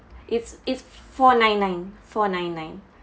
it's it's four nine nine four nine nine